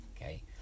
okay